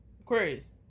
Aquarius